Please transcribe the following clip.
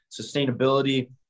sustainability